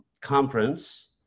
Conference